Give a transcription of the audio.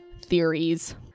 theories